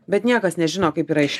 bet niekas nežino kaip yra iš